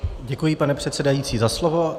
Děkuji, pane předsedající, za slovo.